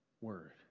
word